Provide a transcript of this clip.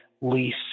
lease